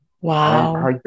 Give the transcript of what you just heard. Wow